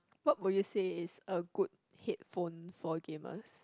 what would you say is a good headphone for gamers